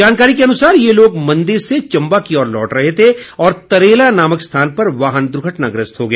जानकारी के अनुसार ये लोग मंदिर से चम्बा की ओर लौट रहे थे और तरेला नामक स्थान पर वाहन दुर्घटनाग्रस्त हो गया